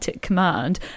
command